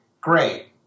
great